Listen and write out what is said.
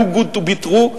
too good to be true.